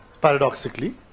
paradoxically